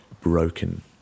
broken